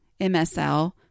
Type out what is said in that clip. MSL